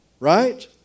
Right